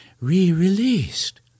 re-released